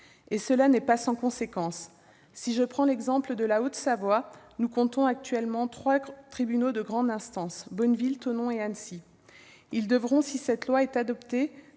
Cela n'est pas sans conséquence. Par exemple la Haute-Savoie compte actuellement trois tribunaux de grande instance : Bonneville, Thonon et Annecy. Ils devront, si cette loi est adoptée,